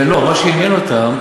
ומה שעניין אותם,